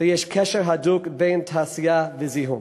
ויש קשר הדוק בין תעשייה וזיהום,